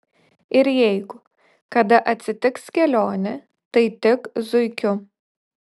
ir jeigu kada atsitiks kelionė tai tik zuikiu